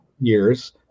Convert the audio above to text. years